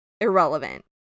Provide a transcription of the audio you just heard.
irrelevant